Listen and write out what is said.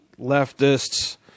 leftists